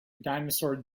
dinosaur